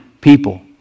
people